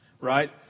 right